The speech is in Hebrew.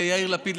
ויאיר לפיד,